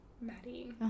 Maddie